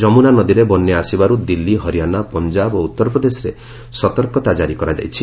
ଯମୁନା ନଦୀରେ ବନ୍ୟା ଆସିବାରୁ ଦିଲ୍ଲୀ ହରିଆଣା ପଞ୍ଜାବ ଓ ଉତ୍ତରପ୍ରଦେଶରେ ସତର୍କତା ଜାରି କରାଯାଇଛି